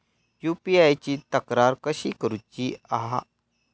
UPI ची तक्रार कशी करुची हा?